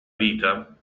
vita